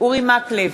אורי מקלב,